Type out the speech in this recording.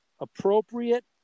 appropriate